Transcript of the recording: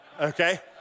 okay